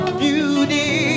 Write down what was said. beauty